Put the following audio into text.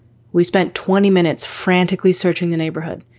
we spent twenty minutes frantically searching the neighborhood.